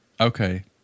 Okay